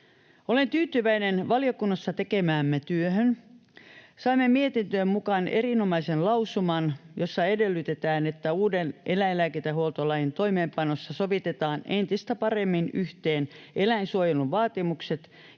Olen tyytyväinen valiokunnassa tekemäämme työhön. Saimme mietintöön mukaan erinomaisen lausuman, jossa edellytetään, että uuden eläinlääkintähuoltolain toimeenpanossa sovitetaan entistä paremmin yhteen eläinsuojelun vaatimukset